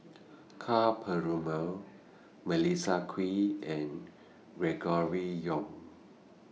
Ka Perumal Melissa Kwee and Gregory Yong